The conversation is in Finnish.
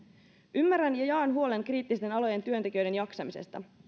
ymmärrän ja jaan huolen kriittisten alojen työntekijöiden jaksamisesta